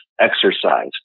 exercise